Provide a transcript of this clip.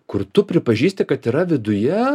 kur tu pripažįsti kad yra viduje